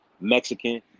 Mexican